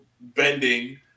bending